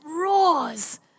roars